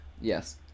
Yes